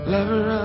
Lover